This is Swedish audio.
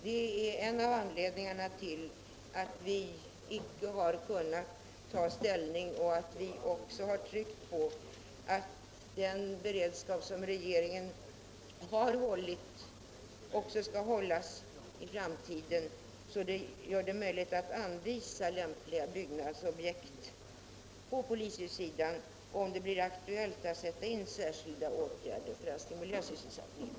Detta är en av anledningarna till att vi inte nu har kunnat ta ställning till de båda aktuella polishusen och till att vi också har understrukit att den beredskap som regeringen har hållit även skall upprätthållas i framtiden, så att det blir möjligt att anvisa lämpliga byggnadsobjekt på polishus området, om det blir aktuellt att sätta in särskilda åtgärder för att stimulera sysselsättningen.